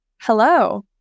hello